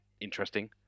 interesting